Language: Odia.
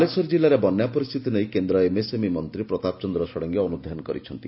ବାଲେଶ୍ୱର ଜିଲ୍ଲାରେ ବନ୍ୟା ପରିସ୍ଥିତି ନେଇ କେନ୍ଦ୍ର ଏମ୍ ଏସ୍ ଏମ୍ଇ ମନ୍ତୀ ପ୍ରତାପ ଚନ୍ଦ୍ର ଷଡ଼ଙ୍ଗୀ ଅନୁଧାନ କରିଛନ୍ତି